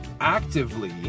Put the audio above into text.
actively